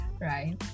right